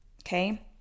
Okay